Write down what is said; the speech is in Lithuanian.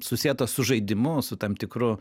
susietas su žaidimu su tam tikru